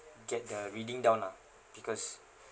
get the reading down lah because